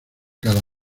cada